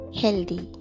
healthy